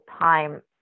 time